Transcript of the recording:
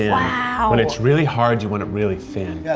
wow! and it's really hard to want it really thin.